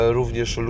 również